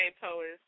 Poets